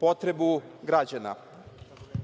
potrebu